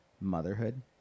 motherhood